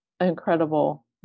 incredible